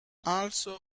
also